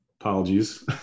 Apologies